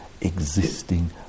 existing